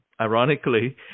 ironically